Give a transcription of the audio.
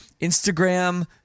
Instagram